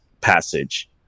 passage